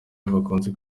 bakunze